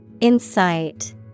Insight